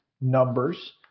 numbers